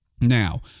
Now